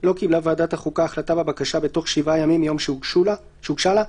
לא קיבלה ועדת החוקה החלטה בבקשה בתוך שבעה ימים מיום שהוגשה לה,